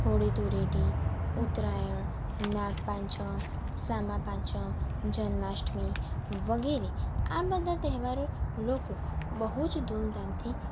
હોળી ધૂળેટી ઉત્તરાયણ નાગપાંચમ સામાપાંચમ જન્માષ્ટમી વગેરે આ બધા તહેવાર લોકો બહુ જ ધૂમધામથી